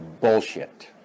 bullshit